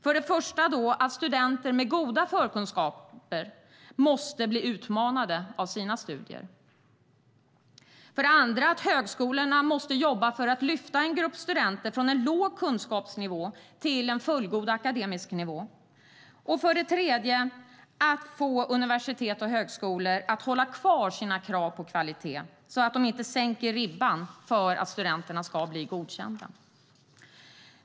För det första måste studenter med goda förkunskaper bli utmanade av sina studier. För det andra måste högskolorna jobba för att lyfta upp en grupp studenter från en låg kunskapsnivå till en fullgod akademisk nivå. För det tredje måste universitet och högskolor förmås bibehålla sina krav på kvalitet så att de inte sänker ribban för att studenterna ska bli godkända.